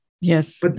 Yes